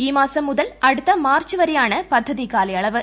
ഈമാസം മുതൽ അടുത്ത മാർച്ച് വരെയാണ് പദ്ധതി കാലയളവ്